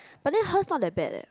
but then hers not that bad leh